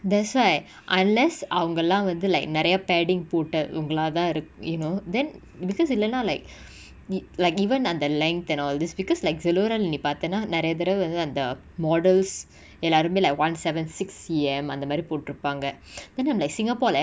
that's why unless அவங்களா வந்து:avangala vanthu like நெரய:neraya padding போட்ட இவங்கலாதா:pota ivangalatha iruk~ you know then because இல்லனா:illana like e~ like even அந்த:antha length and all this because like zalora lah நீ பாத்தனா நெரய தடவ வந்து அந்த:nee paathana neraya thadava vanthu antha models எல்லாருமே:ellarume like one seven six C_M அந்தமாரி போட்ருப்பாங்க:anthamari potruppaanga then I'm like singapore lah